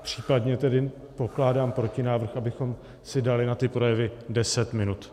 Případně tedy pokládám protinávrh, abychom si dali na ty projevy deset minut.